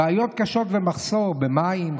יש בעיות קשות ומחסור במים,